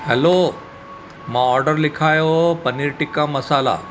हलो मां ऑडर लिखायो हो पनीर टिक्का मसाला